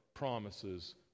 promises